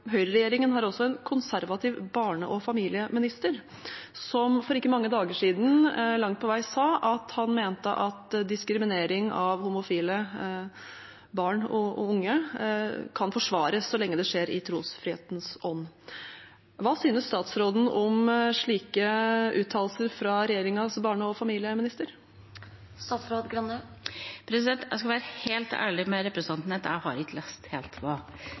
Høyreregjeringen har en konservativ barne- og familieminister, som for ikke mange dager siden langt på vei sa at han mente at diskriminering av homofile barn og unge kan forsvares så lenge det skjer i trosfrihetens ånd. Hva synes statsråden om slike uttalelser fra regjeringens barne- og familieminister? Jeg skal være helt ærlig med representanten om at jeg ikke har lest alt det statsråden sa, men vi har jo et klart reglement for hva